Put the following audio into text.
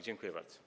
Dziękuję bardzo.